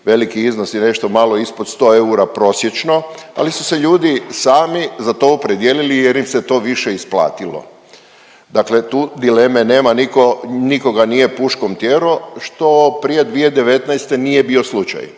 veliki iznosi, nešto malo ispod 100 prosječno, ali su se ljudi sami za to opredijelili jer im se to više isplatilo. Dakle tu dileme nema, nitko nikoga nije puškom tjerao, što prije 2019. nije bio slučaj.